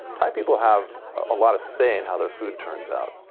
thai people have a lot of say in how their food turns out.